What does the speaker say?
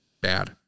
Bad